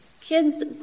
kids